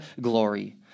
glory